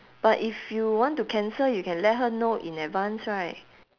but if you want to cancel you can let her know in advance right